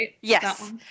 yes